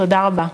תודה רבה.